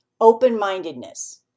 open-mindedness